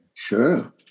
Sure